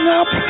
up